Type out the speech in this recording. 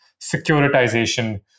securitization